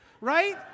right